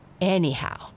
Anyhow